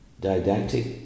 didactic